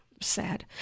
sad